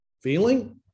Feeling